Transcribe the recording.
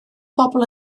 bobl